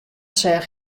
seach